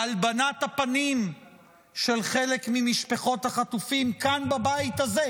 והלבנת הפנים של חלק ממשפחות החטופים כאן בבית הזה,